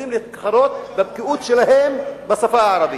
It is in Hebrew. יכולים להתחרות בבקיאות שלהם בשפה הערבית.